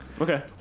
Okay